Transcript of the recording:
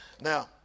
Now